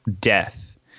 death